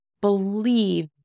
believe